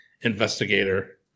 investigator